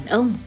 ông